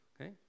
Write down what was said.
okay